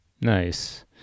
Nice